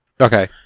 Okay